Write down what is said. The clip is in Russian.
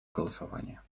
голосования